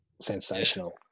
sensational